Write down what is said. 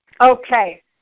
Okay